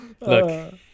Look